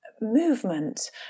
movement